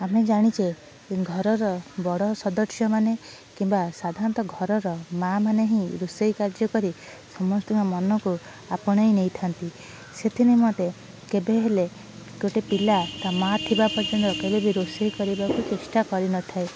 ଆମେ ଜାଣିଛେ ଘରର ବଡ଼ ସଦସ୍ୟମାନେ କିମ୍ବା ସାଧାରଣତଃ ଘରର ମା ମାନେ ହିଁ ରୋଷେଇ କାର୍ଯ୍ୟ କରି ସମସ୍ତଙ୍କ ମନକୁ ଆପଣାଇ ନେଇଥାନ୍ତି ସେଥି ନିମନ୍ତେ କେବେ ହେଲେ ଗୋଟିଏ ପିଲା ତା ମା ଥିବା ପର୍ଯ୍ୟନ୍ତ କେବେ ବି ରୋଷେଇ କରିବାକୁ ଚେଷ୍ଟା କରି ନଥାଏ